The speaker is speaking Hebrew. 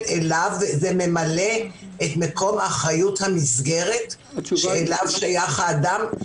אליו וזה ממלא את מקום האחריות של המסגרת שאליה שייך האדם?